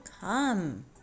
come